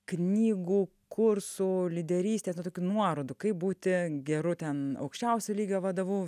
knygų kursų lyderystės nu tokių nuorodų kaip būti geru ten aukščiausio lygio vadovu